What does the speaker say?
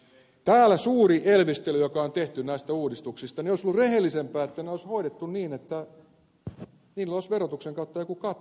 kun täällä oli suuri elvistely näistä uudistuksista niin olisi ollut rehellisempää että ne olisi hoidettu niin että niillä olisi ollut verotuksen kautta jokin kate